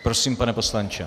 Prosím, pane poslanče.